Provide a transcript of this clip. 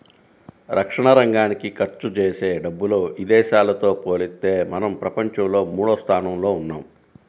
రక్షణరంగానికి ఖర్చుజేసే డబ్బుల్లో ఇదేశాలతో పోలిత్తే మనం ప్రపంచంలో మూడోస్థానంలో ఉన్నాం